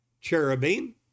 cherubim